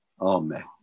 Amen